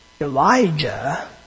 Elijah